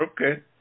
Okay